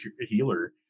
healer